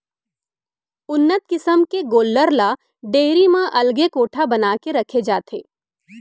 उन्नत किसम के गोल्लर ल डेयरी म अलगे कोठा बना के रखे जाथे